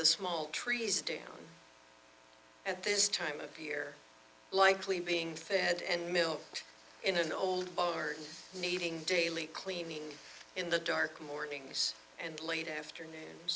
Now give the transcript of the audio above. the small trees down at this time of year likely being fed and milked in an old barn needing daily cleaning in the dark mornings and late afternoon